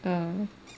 uh